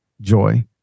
joy